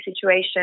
situation